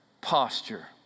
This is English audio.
posture